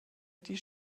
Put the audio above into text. die